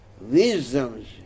wisdoms